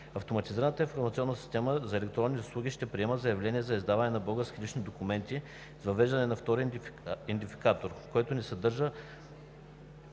Автоматизираната информационна система за електронни услуги ще приема заявления за издаване на български лични документи с въвеждане на втори идентификатор, който не се съдържа